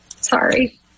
Sorry